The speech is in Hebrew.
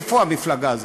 איפה המפלגה הזאת?